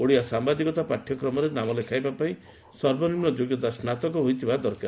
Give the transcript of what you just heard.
ଓଡ଼ିଆ ସାମ୍ବାଦିକତା ପାଠ୍ୟକ୍ରମରେ ନାମ ଲେଖାଇବାପାଇଁ ସର୍ବନିମୁ ଯୋଗ୍ୟତା ସ୍ବାତକ ହୋଇଥିବା ଦରକାର